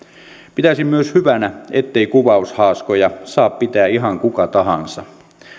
pitäisin myös hyvänä ettei kuvaushaaskoja saa pitää ihan kuka tahansa